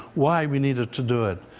why we needed to do it?